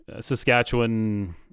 Saskatchewan